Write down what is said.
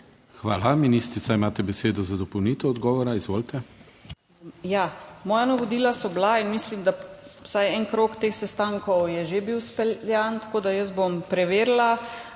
Hvala. Ministrica, imate besedo za dopolnitev odgovora. Izvolite.